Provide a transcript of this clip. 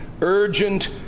urgent